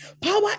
Power